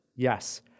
Yes